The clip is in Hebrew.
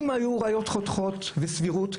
אם היו ראיות חותכות וסבירות,